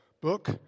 book